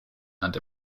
and